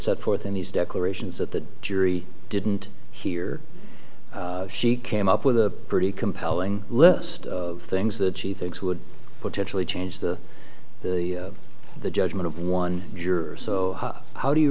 set forth in these declarations that the jury didn't hear she came up with a pretty compelling list of things that she thinks would potentially change the the the judgment of one juror so how do you